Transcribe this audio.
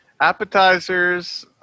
Appetizers